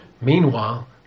Meanwhile